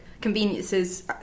conveniences